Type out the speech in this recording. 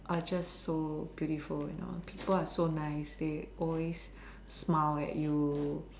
are just so beautiful you know people are so nice they always smile at you